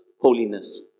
holiness